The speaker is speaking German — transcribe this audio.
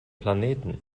planeten